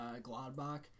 Gladbach